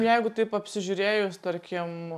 jeigu taip apsižiūrėjus tarkim